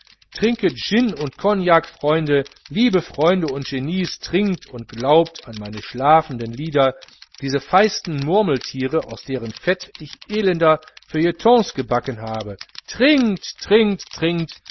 trinket gin und cognac freunde lieben freunde und genies trinkt und glaubt an meine schlafenden lieder diese feisten murmeltiere aus deren fett ich elender feuilletons gebacken habe trinkt trinkt trinkt